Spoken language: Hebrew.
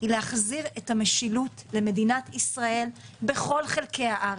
היא להחזיר את המשילות למדינת ישראל בכל חלקי הארץ,